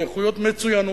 באיכויות מצוינות.